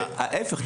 ההפך,